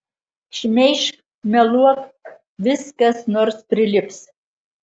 šmeižk meluok vis kas nors prilips